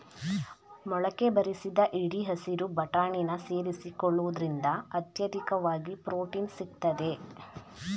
ಮೊಳಕೆ ಬರಿಸಿದ ಹಿಡಿ ಹಸಿರು ಬಟಾಣಿನ ಸೇರಿಸಿಕೊಳ್ಳುವುದ್ರಿಂದ ಅತ್ಯಧಿಕವಾಗಿ ಪ್ರೊಟೀನ್ ಸಿಗ್ತದೆ